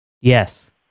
Yes